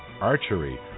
archery